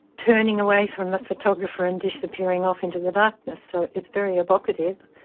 turning away from the photographer and disappearing off into the darkness so it's very evocative.